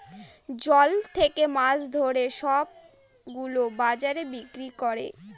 জল থাকে মাছ ধরে সব গুলো বাজারে বিক্রি করে